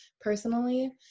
personally